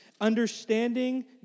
Understanding